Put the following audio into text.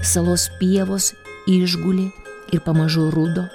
salos pievos išgulė ir pamažu rudo